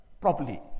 properly